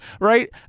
right